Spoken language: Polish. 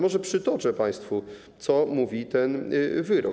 Może przytoczę państwu, co mówi ten wyrok.